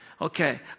Okay